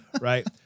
right